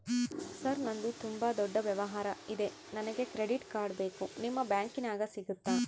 Sir ನಂದು ತುಂಬಾ ದೊಡ್ಡ ವ್ಯವಹಾರ ಇದೆ ನನಗೆ ಕ್ರೆಡಿಟ್ ಕಾರ್ಡ್ ಬೇಕು ನಿಮ್ಮ ಬ್ಯಾಂಕಿನ್ಯಾಗ ಸಿಗುತ್ತಾ?